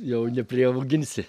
jau nepriauginsi